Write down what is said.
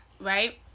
right